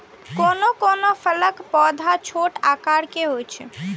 कोनो कोनो फलक पौधा छोट आकार के होइ छै